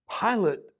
Pilate